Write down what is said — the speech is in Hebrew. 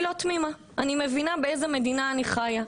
אני לא תמימה, ואני מבינה באיזו מדינה אני חיה.